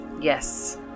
Yes